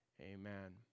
amen